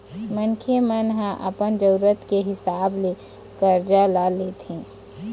मनखे मन ह अपन जरुरत के हिसाब ले करजा ल लेथे